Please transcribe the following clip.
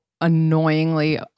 annoyingly